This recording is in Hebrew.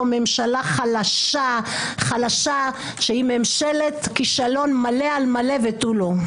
ממשלה חלשה שהיא ממשלת כישלון מלא על מלא ותו לא.